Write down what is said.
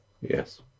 Yes